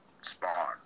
spawn